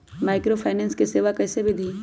Microfinance के सेवा कइसे विधि?